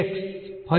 વિદ્યાર્થી